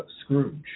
Scrooge